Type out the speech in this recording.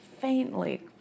faintly